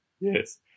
yes